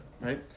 right